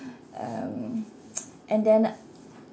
um and then